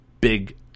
big